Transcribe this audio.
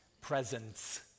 presence